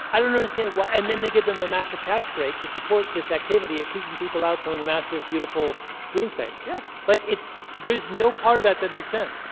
i don't understand why and then they give them a massive tax break to support this activity of keeping people out from and the massive, beautiful green space yes like, it there's no part of that that makes sense